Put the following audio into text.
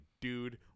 dude